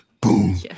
boom